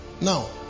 Now